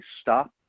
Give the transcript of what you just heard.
stop